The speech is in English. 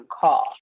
call